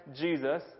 Jesus